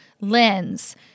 lens